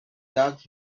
dogs